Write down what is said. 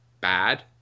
bad